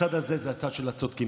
הצד הזה זה הצד של הצודקים.